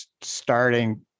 starting